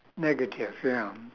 negative ya